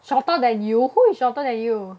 shorter than you who is shorter than you